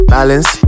Balance